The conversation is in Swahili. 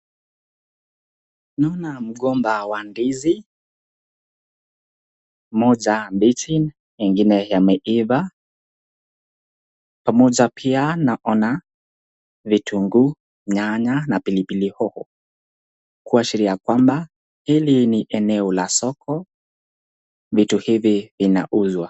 Naona mgomba wa ndizi , moja bichi na ingine yameiva pamoja pia naona vitunguu , nyanya na pilipili hoho , kuashiria kwamba hili ni eneo la soko vitu hivi vinauzwa.